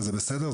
וזה בסדר,